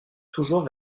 toujours